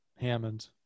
hammond